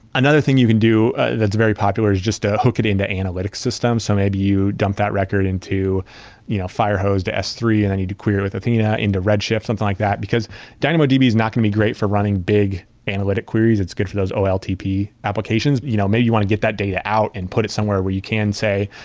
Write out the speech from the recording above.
another thing you can do that is very popular is just ah hook it into analytics systems. so maybe you dump that record into you know firehose to s three and then you do query with athena into redshift, something like that. because dynamodb is not going to be great for running big analytic queries. it's good for those oltp applications. you know maybe you want to get that data out and put it somewhere where you can say,